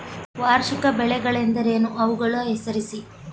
ವಾರ್ಷಿಕ ಬೆಳೆಗಳೆಂದರೇನು? ಅವುಗಳನ್ನು ಹೆಸರಿಸಿ?